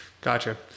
Gotcha